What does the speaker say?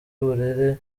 uburere